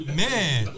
man